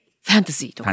Fantasy